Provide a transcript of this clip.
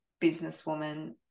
businesswoman